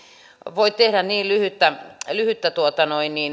voi tehdä niin lyhyttä lyhyttä